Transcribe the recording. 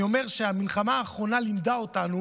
אני אומר שהמלחמה האחרונה לימדה אותנו